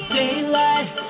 daylight